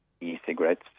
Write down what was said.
e-cigarettes